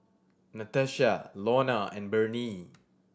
Natasha Launa and Bernie